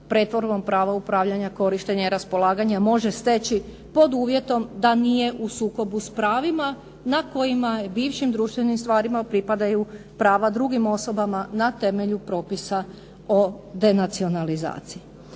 pretvorbom prava upravljanja, korištenja i raspolaganja može steći pod uvjetom da nije u sukobu s pravima na kojima u bivšim društvenim stvarima pripadaju prava drugim osobama na temelju propisa o denacionalizaciji.